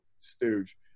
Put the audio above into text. stooge